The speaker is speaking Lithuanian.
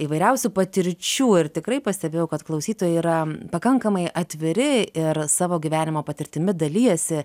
įvairiausių patirčių ir tikrai pastebėjau kad klausytojai yra pakankamai atviri ir savo gyvenimo patirtimi dalijasi